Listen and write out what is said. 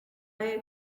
angahe